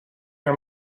are